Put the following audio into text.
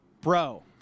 Bro